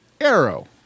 Arrow